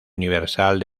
universal